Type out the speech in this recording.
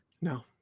No